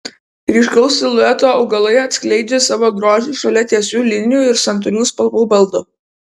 ryškaus silueto augalai atskleidžia savo grožį šalia tiesių linijų ir santūrių spalvų baldų